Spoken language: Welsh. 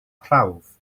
prawf